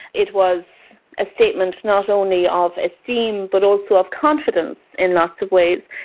it was a statement not only of esteem but also of confidence in lots of ways,